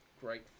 Great